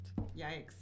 Yikes